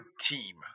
team